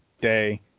day